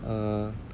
err